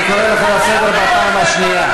אני קורא אותך לסדר בפעם השנייה.